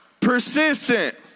Persistent